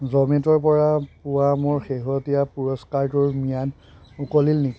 জ'মেট'ৰপৰা পোৱা মোৰ শেহতীয়া পুৰস্কাৰটোৰ ম্যাদ উকলিল নি